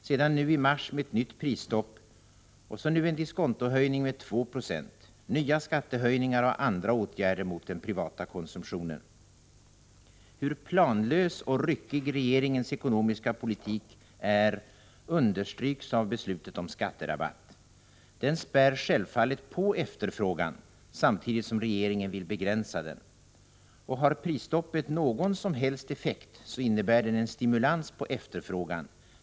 Sedan nu i mars kom ett nytt prisstopp, och så nu diskontohöjningen med 2 96, nya skattehöjningar och andra åtgärder mot den privata konsumtionen. Hur planlös och ryckig regeringens ekonomiska politik är understryks av beslutet om skatterabatt. Denna spär självfallet på efterfrågan, samtidigt som regeringen vill begränsa den. Och har prisstoppet någon som helst effekt så innebär den en stimulans på efterfrågan.